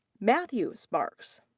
matthew sparks.